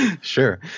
Sure